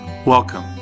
Welcome